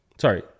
Sorry